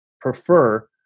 prefer